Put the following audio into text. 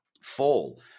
fall